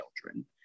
children